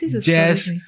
jazz